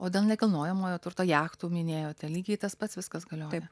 o dėl nekilnojamojo turto jachtų minėjote lygiai tas pats viskas galioja